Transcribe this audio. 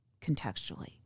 contextually